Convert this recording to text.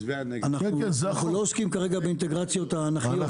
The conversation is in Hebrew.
אנחנו לא עוסקים כרגע באינטגרציות האנכיות.